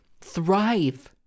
thrive